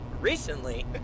Recently